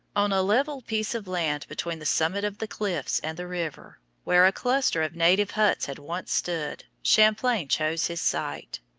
on a level piece of land between the summit of the cliffs and the river, where a cluster of native huts had once stood, champlain chose his site.